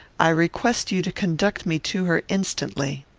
i request you to conduct me to her instantly.